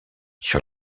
sur